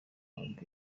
ahabwa